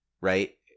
right